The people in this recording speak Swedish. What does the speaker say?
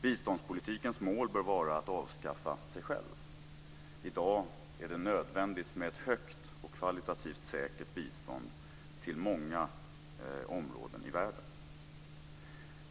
Biståndspolitikens mål bör vara att avskaffa sig själv. I dag är det nödvändigt med ett högt och kvalitativt säkert bistånd till många områden i världen.